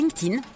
LinkedIn